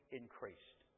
increased